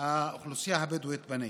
מהאוכלוסייה הבדואית בנגב.